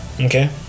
Okay